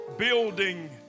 building